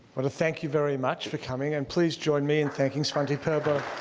but thank you very much for coming and please join me in thanking svante paabo.